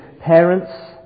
parents